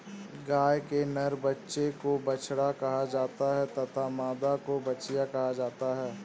गाय के नर बच्चे को बछड़ा कहा जाता है तथा मादा को बछिया कहा जाता है